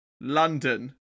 london